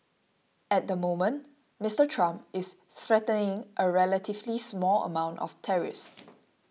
at the moment Mister Trump is threatening a relatively small amounts of tariffs